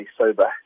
sober